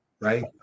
right